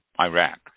Iraq